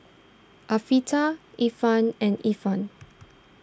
Afiqah Irfan and Irfan